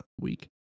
week